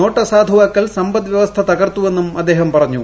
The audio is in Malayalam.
നോട്ട് അസാധുവാക്കൽ സമ്പദ് വ്യവസ്ഥ തകർത്തുവെന്നും അദ്ദേഹം പറഞ്ഞു